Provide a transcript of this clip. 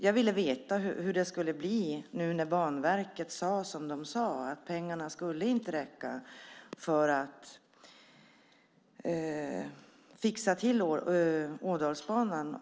Jag ville veta hur det ska bli när Banverket har sagt som man har sagt, nämligen att pengarna inte kommer att räcka för att fixa till Ådalsbanan.